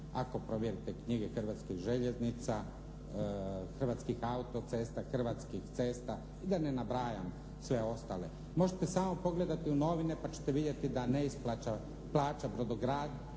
ako provjerite knjige Hrvatskih željeznica, Hrvatskih auto-cesta, Hrvatskih cesta i da ne nabrajam sve ostale. Možete samo pogledati u novine da neisplata plaća